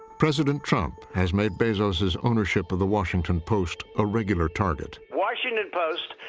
president trump has made bezos's ownership of the washington post a regular target. washington post,